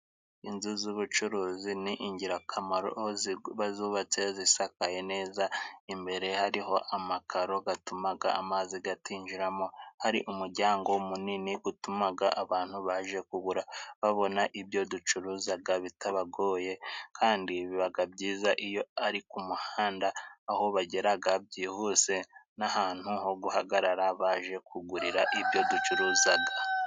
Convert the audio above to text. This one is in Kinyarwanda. Inzu z'ubucuruzi ni ingirakamaro aho ziba zubatse zisakaye neza, imbere hariho amakaro gatumaga amazi gatinjiramo hari umuryango munini utumaga abantu baje kugura babona ibyo ducuruzaga bitabagoye, kandi bibaga byiza iyo ari ku muhanda aho bageraga byihuse n'ahantu ho guhagarara baje kugurira ibyo ducuruzaga.